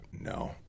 No